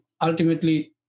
ultimately